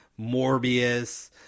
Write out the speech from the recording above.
morbius